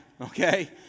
okay